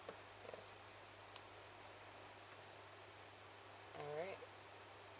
alright